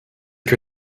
que